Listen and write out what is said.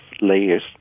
layers